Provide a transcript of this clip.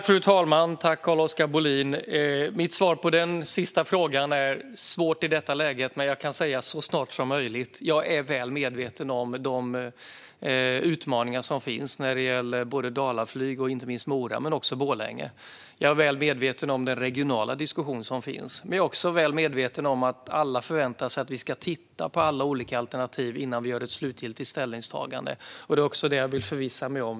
Fru talman och Carl-Oskar Bohlin! Mitt svar på den sista frågan är: Det är svårt att säga i detta läge, men så snart som möjligt. Jag är väl medveten om de utmaningar som finns när det gäller Dalaflyget och inte minst Mora men också Borlänge. Jag är väl medveten om den regionala diskussion som finns. Men jag är också väl medveten om att alla förväntar sig att vi ska titta på alla alternativ innan vi gör ett slutgiltigt ställningstagande. Det är också det jag vill förvissa mig om.